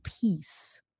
peace